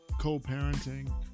co-parenting